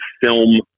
film